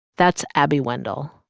that's abby wendle